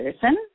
person